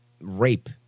rape